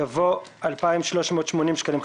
יבוא "2,380 שקלים חדשים".